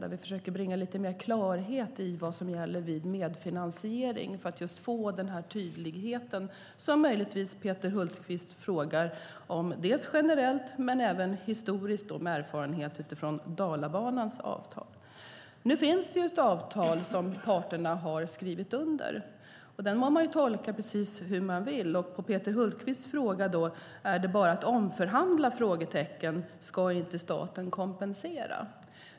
Där försöker vi bringa lite mer klarhet i vad som gäller vid medfinansiering för att just få den här tydligheten, som möjligtvis Peter Hultqvist frågar om, generellt men även historiskt, med erfarenhet från Dalabanans avtal. Nu finns det ett avtal som parterna har skrivit under. Det må man tolka precis hur man vill. Peter Hultqvist frågar då: Är det bara att omförhandla? Ska inte staten kompensera?